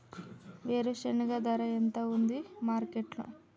వేరుశెనగ ధర ఎంత ఉంది మార్కెట్ లో?